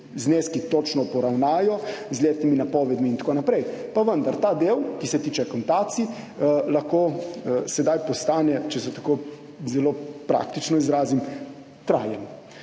zneski točno poravnajo z letnimi napovedmi in tako naprej, pa vendar ta del, ki se tiče akontacij, lahko sedaj postane, če se tako zelo praktično izrazim, trajen,